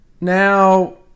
Now